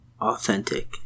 authentic